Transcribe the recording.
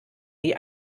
die